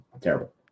terrible